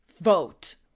Vote